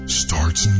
starts